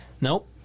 Nope